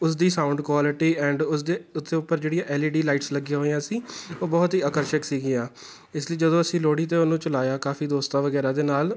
ਉਸਦੀ sound quality and ਉਸਦੇ ਉਸਦੇ ਉੱਪਰ ਜਿਹੜੀਆਂ ਐੱਲ ਈ ਡੀ ਲਾਈਟਸ ਲੱਗੀਆਂ ਹੋਈਆਂ ਸੀ ਉਹ ਬਹੁਤ ਹੀ ਆਕਰਸ਼ਕ ਸੀਗੀਆਂ ਇਸ ਲਈ ਜਦੋਂ ਅਸੀਂ ਲੋਹੜੀ 'ਤੇ ਉਹਨੂੰ ਚਲਾਇਆ ਕਾਫੀ ਦੋਸਤਾਂ ਵਗੈਰਾ ਦੇ ਨਾਲ